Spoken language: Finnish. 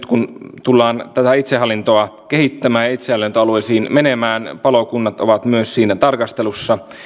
kun tullaan itsehallintoa kehittämään ja itsehallintoalueisiin menemään palokunnat ovat myös siinä tarkastelussa